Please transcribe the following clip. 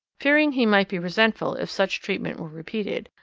fearing he might be resentful if such treatment were repeated,